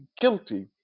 guilty